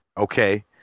Okay